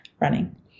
running